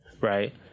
Right